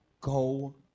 go